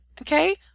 okay